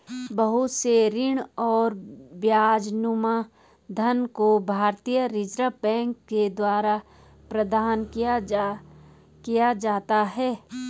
बहुत से ऋण और ब्याजनुमा धन को भारतीय रिजर्ब बैंक के द्वारा प्रदत्त किया जाता है